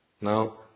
Now